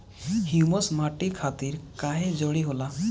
Humus माटी खातिर काहे जरूरी होला?